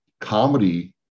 comedy